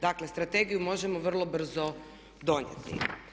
Dakle strategiju možemo vrlo brzo donijeti.